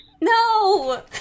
No